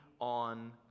on